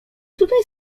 tutaj